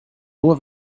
nur